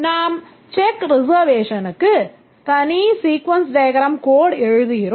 நாம் check reservationக்கு தனி sequence diagram code எழுதுகிறோம்